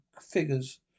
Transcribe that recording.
figures